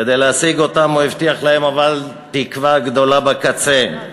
כדי להשיג אותם הוא הבטיח להם תקווה גדולה בקצה.